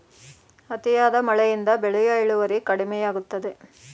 ಅತಿಯಾದ ಮಳೆಯಿಂದ ಬೆಳೆಯ ಇಳುವರಿ ಕಡಿಮೆಯಾಗುತ್ತದೆ